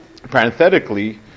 Parenthetically